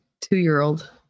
two-year-old